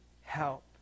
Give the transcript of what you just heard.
help